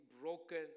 broken